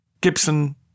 Gibson